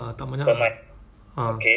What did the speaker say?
ah tak banyak ah ah